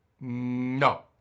No